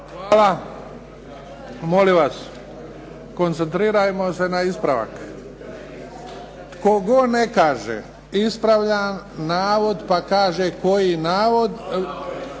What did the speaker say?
Hvala. Molim vas, koncentrirajmo se na ispravak. Tko god ne kaže ispravljam navod pa kaže koji navod